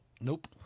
nope